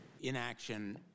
Inaction